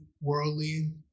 worldly